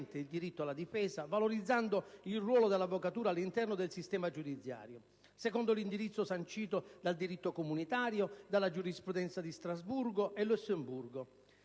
il diritto alla difesa, valorizzando il ruolo dell'avvocatura all'interno del sistema giudiziario, secondo l'indirizzo sancito dal diritto comunitario e dalla giurisprudenza di Strasburgo e Lussemburgo.